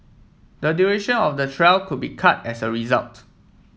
the duration of the trial could be cut as a result